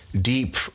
deep